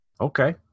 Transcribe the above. Okay